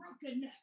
brokenness